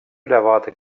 ülevaade